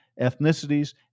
ethnicities